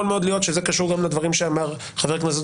יכול מאוד להיות שזה קשור גם לדברים שאמר חבר הכנסת